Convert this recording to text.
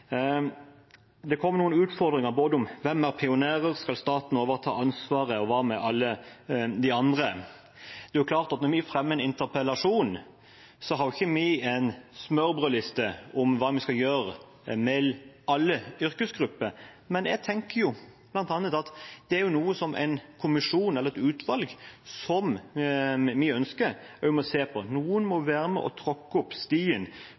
Det kom noen utfordringer både om hvem som er pionerer, om staten skal overta ansvaret, og hva med alle de andre. Det er klart at når vi fremmer en interpellasjon, har vi ikke en smørbrødliste med hva vi skal gjøre med alle yrkesgrupper. Men jeg tenker at det er bl.a. noe en kommisjon eller et utvalg, som vi ønsker, også må se på. Noen må være med og tråkke opp stien